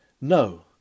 No